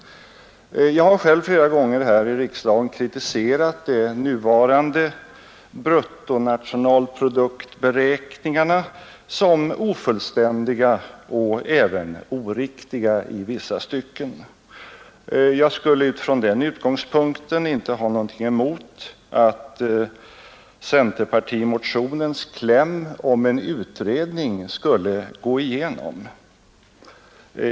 Jag har själv flera gånger här i riksdagen kritiserat de nuvarande bruttonationalproduktberäkningarna som ofullständiga och även oriktiga i vissa stycken, Jag skulle från den utgångspunkten inte ha något emot att centerpartimotionens kläm om en utredning bifölls.